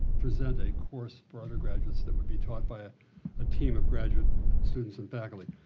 present a course for undergraduates that would be taught by ah a team of graduate students and faculty.